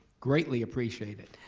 greatly appreciated.